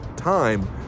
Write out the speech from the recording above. time